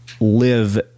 Live